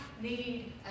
need